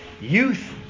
Youth